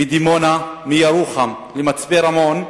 מדימונה, מירוחם, ממצפה-רמון,